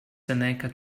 seneca